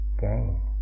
gain